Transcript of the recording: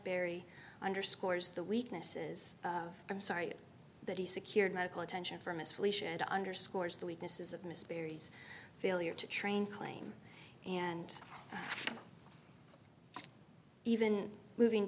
berry underscores the weaknesses of i'm sorry that he secured medical attention from his felicia and underscores the weaknesses of miss berry's failure to train claim and even moving